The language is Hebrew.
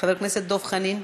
חבר הכנסת דב חנין,